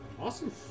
Awesome